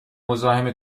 مزاحم